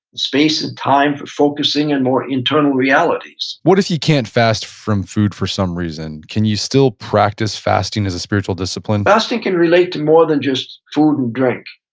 space and time for focusing on and more internal realities what if you can't fast from food for some reason? can you still practice fasting as a spiritual discipline? fasting can relate to more than just food and drink.